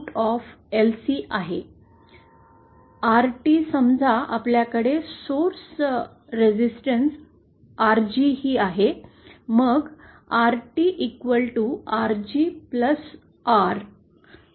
RT समजा आपल्याकडे source resistance RG ही आहे मग RT RG R